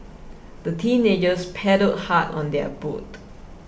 the teenagers paddled hard on their boat